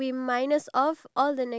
really